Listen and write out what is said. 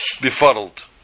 befuddled